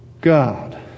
God